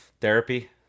Therapy